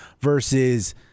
versus